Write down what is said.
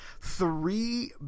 three